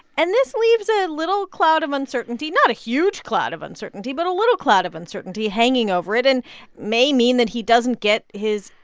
and this leaves a little cloud of uncertainty, not a huge cloud of uncertainty, but a little cloud of uncertainty, hanging over it and may mean that he doesn't get his,